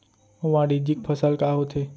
वाणिज्यिक फसल का होथे?